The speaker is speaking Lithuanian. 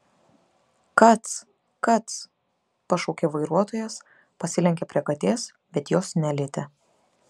kac kac pašaukė vairuotojas pasilenkė prie katės bet jos nelietė